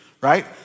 right